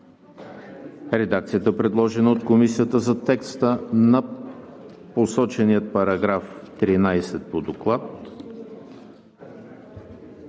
редакцията, предложена от Комисията за текста на посочения § 13 по Доклада,